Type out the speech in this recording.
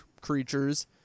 creatures